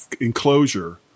enclosure